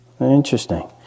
Interesting